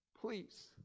please